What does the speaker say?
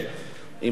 אם אתה מעוניין,